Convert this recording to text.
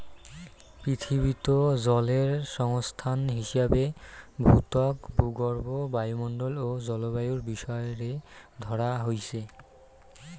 পিথীবিত জলের সংস্থান হিসাবে ভূত্বক, ভূগর্ভ, বায়ুমণ্ডল ও জলবায়ুর বিষয় রে ধরা হইচে